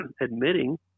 admitting